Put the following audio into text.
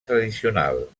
tradicional